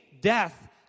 death